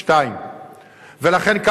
2. ולכן,